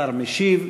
השר משיב,